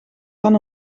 van